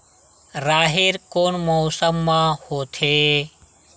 राहेर कोन मौसम मा होथे?